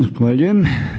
Zahvaljujem.